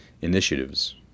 initiatives